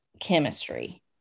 chemistry